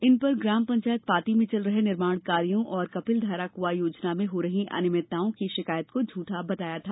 इन पर ग्राम पंचायत पाटी में चल रहे निर्माण कार्यों और कपिलघारा कुँआ योजना में हो रही अनियभितताओं की शिकायत को झूठा बताया था